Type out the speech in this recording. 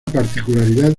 particularidad